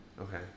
Okay